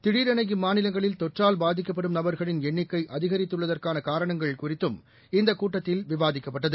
திடீரென இம்மாநிலங்களில் தொற்றால் பாதிக்கப்படும் நபர்களின் எண்ணிக்கைஅதிகரித்துள்ளதற்கானகாரணங்கள் குறித்தும் இந்தக் கூட்டத்தில் விவாதிக்கப்பட்டது